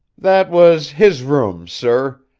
that was his room, sir.